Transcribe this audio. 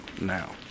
Now